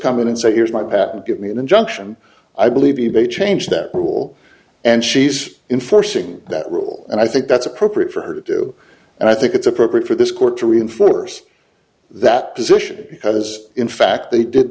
come in and say here's my patent give me an injunction i believe e bay change that rule and she's in forcing that rule and i think that's appropriate for her to do and i think it's appropriate for this court to reinforce that position because in fact they did